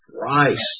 Christ